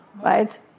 right